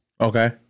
Okay